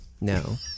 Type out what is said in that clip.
No